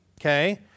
Okay